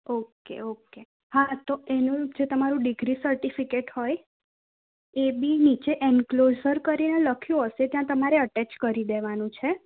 okay okay હા તો એનું તમારું ડિગ્રી સર્ટિફિકેટ હોય એ બી નીચે એન્ક્લોસર કરીને લખ્યું હસે ત્યાં તમરે અટેચ કરી દેવાનું છે